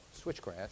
switchgrass